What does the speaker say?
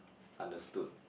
understood